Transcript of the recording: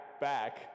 Back